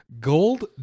Gold